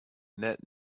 net